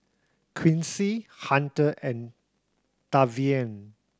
Quincy Hunter and Tavian